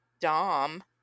Dom